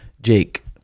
Jake